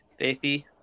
Faithy